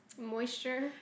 Moisture